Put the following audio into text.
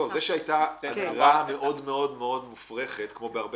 זה שהייתה אגרה מאוד מופרכת כמו בהרבה